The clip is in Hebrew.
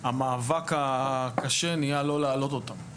המאבק הקשה נהיה לא להעלות אותו.